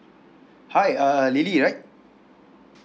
hi uh lily right